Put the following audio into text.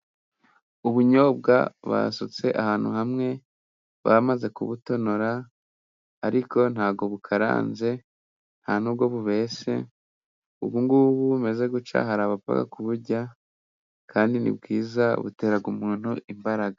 Ubunyobwa basutse ahantu hamwe bamaze kubutonora ariko ntabwo bukaranze nta nubwo bubese, ubu ngubu bumeze gutya hari abapfa kuburya kandi ni bwiza butera umuntu imbaraga.